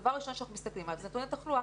הדבר הראשון שאנחנו מסתכלים עליו זה נתוני תחלואה.